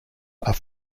are